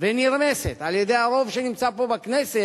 שנרמסת על-ידי הרוב שנמצא פה, בכנסת,